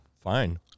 Fine